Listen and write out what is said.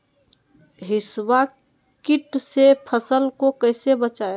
हिसबा किट से फसल को कैसे बचाए?